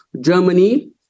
Germany